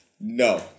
No